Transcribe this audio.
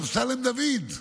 אמסלם דוד.